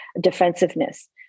defensiveness